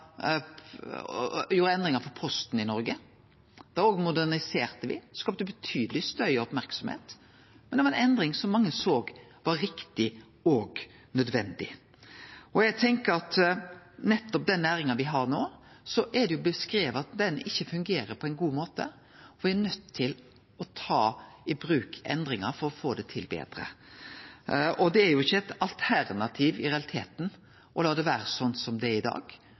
gjorde endringar for Posten i Noreg, moderniserte me også. Det skapte betydeleg støy og merksemd, men det var ei endring som mange såg var riktig og nødvendig. Eg tenkjer at for nettopp den næringa me har oppe no, er det beskrive at ho ikkje fungerer på ein god måte, og me er nøydde til å ta i bruk endringar for å få det betre til. Det er i realiteten ikkje eit alternativ å la det vere slik som det er i dag,